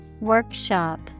Workshop